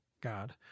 God